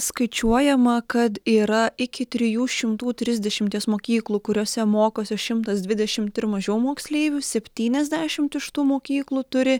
skaičiuojama kad yra iki trijų šimtų trisdešimties mokyklų kuriose mokosi šimtas dvidešimt ir mažiau moksleivių septyniasdešimt iš tų mokyklų turi